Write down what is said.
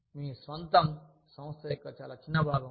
మీ స్వంతం సంస్థ యొక్క చాలా చిన్న భాగం